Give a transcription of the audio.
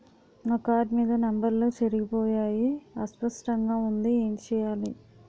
నా కార్డ్ మీద నంబర్లు చెరిగిపోయాయి అస్పష్టంగా వుంది ఏంటి చేయాలి?